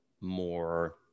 more